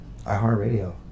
iHeartRadio